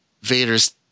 Vader's